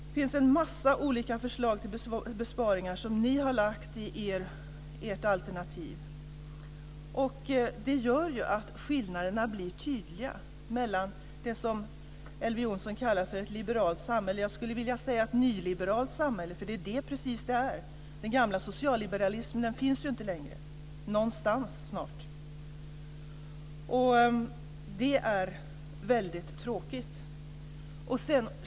Det finns en massa olika förslag till besparingar som ni har lagt fram i ert alternativ. Det gör att skillnaderna blir tydliga mellan oss och det som Elver Jonsson kallar ett liberalt samhälle. Jag skulle vilja säga ett nyliberalt samhälle, för det är precis vad det är. Den gamla socialliberalismen finns ju snart inte längre någonstans. Det är väldigt tråkigt.